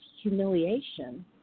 humiliation